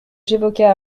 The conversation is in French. j’évoquais